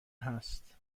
هست